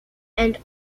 and